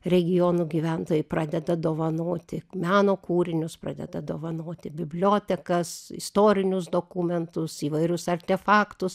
regionų gyventojai pradeda dovanoti meno kūrinius pradeda dovanoti bibliotekas istorinius dokumentus įvairius artefaktus